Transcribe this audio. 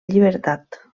llibertat